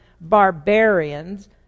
barbarians